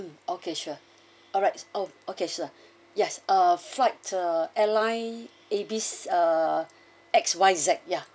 mm okay sure alright oh okay sure yes uh flight uh airline ibis uh X Y Z ya